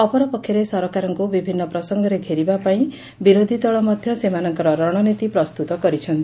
ଅପରପକ୍ଷରେ ସରକାରଙ୍କୁ ବିଭିନୁ ପ୍ରସଙ୍ଗରେ ଘେରିବା ପାଇଁ ବିରୋଧୀଦଳ ମଧ୍ୟ ସେମାନଙ୍କର ରଣନୀତି ପ୍ରସ୍ତୁତ କରିଛନ୍ତି